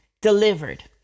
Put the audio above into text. delivered